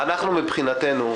מבחינתנו,